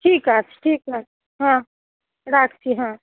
ঠিক আছে ঠিক আছে হ্যাঁ রাখছি হ্যাঁ